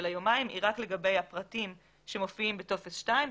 היומיים היא רק לגבי הפרטים שמופיעים בטופס 2,